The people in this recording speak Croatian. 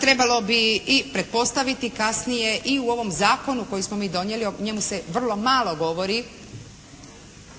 trebalo bi i pretpostaviti kasnije i u ovom zakonu koji smo mi donijeli, o njemu se vrlo malo govori